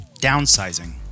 Downsizing